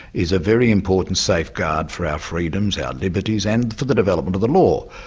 is a very important safeguard for our freedoms our liberties and for the development of the law.